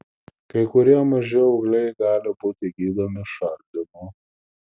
kai kurie maži augliai gali būti gydomi šaldymu